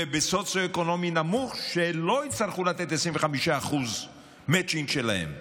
ובסוציו-אקונומי נמוך שלא יצטרכו לתת 25% מצ'ינג שלהם.